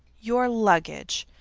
your luggage.